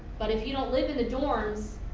but if you don't live in the dorms,